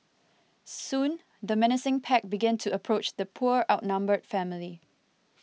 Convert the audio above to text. soon the menacing pack began to approach the poor outnumbered family